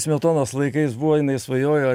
smetonos laikais buvo jinai svajojo